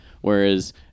whereas